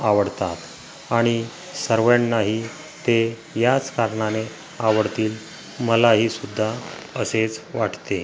आवडतात आणि सर्वांनाही ते याच कारणाने आवडतील मलाहीसुद्धा असेच वाटते